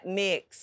mix